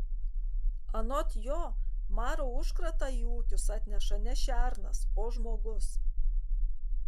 anot jo maro užkratą į ūkius atneša ne šernas o žmogus